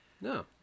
No